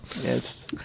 yes